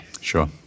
Sure